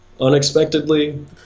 unexpectedly